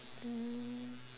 mm